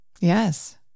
Yes